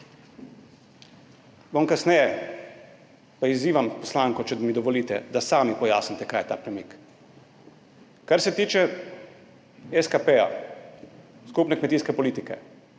Bom kasneje, pa izzivam poslanko, če mi dovolite, da sami pojasnite, kaj je ta premik? Kar se tiče SKP, skupne kmetijske politike.